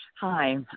Hi